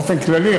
באופן כללי,